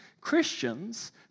Christians